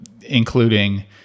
including